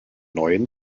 neuen